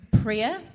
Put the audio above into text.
prayer